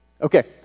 Okay